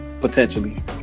Potentially